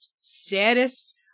saddest